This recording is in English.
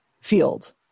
field